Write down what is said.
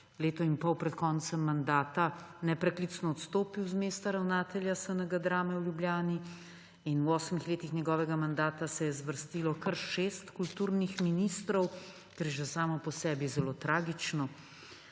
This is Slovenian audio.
leto in pol pred koncem mandata, nepreklicno odstopil z mesta ravnatelja SNG drame v Ljubljani. V osmih letih njegovega mandata se je zvrstilo kar šest kulturnih ministrov, kar je že samo po sebi zelo tragično,